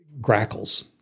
Grackles